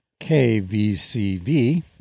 KVCV